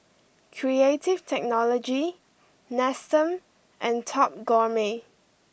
Creative Technology Nestum and Top Gourmet